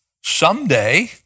someday